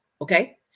Okay